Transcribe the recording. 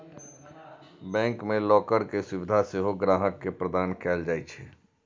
bank मे locker के सुविधा सेहो ग्राहक के प्रदान कैल जाइ छै